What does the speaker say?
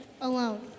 alone